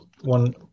one